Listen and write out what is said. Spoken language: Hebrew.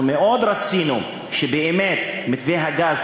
אנחנו מאוד רצינו שבאמת מתווה הגז,